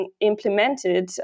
implemented